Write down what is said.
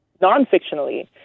Non-fictionally